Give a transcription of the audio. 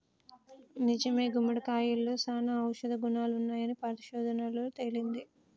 నిజమే గుమ్మడికాయలో సానా ఔషధ గుణాలున్నాయని పరిశోధనలలో తేలింది